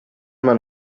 man